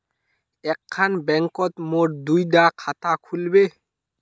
एक खान बैंकोत मोर दुई डा खाता खुल बे?